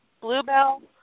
Bluebell